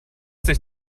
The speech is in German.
sich